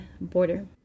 border